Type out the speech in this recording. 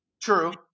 True